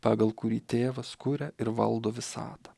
pagal kurį tėvas kuria ir valdo visatą